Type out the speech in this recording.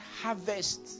harvest